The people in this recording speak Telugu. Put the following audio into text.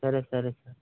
సరే సరే సార్